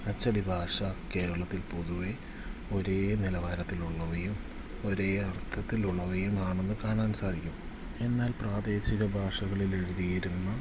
അച്ചടി ഭാഷ കേരളത്തിൽ പൊതുവേ ഒരേ നിലവാരത്തിലുള്ളവയും ഒരേ അർത്ഥത്തിലുള്ളവയും ആണെന്നു കാണാൻ സാധിക്കും എന്നാൽ പ്രാദേശിക ഭാഷകളിലെഴുതിയിരുന്ന